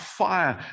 fire